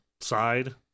side